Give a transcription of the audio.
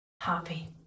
happy